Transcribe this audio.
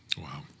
Wow